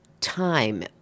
time